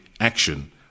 action